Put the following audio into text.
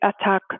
attack